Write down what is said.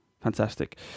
fantastic